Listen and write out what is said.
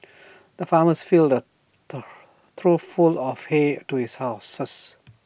the farmer filled A trough full of hay do his horses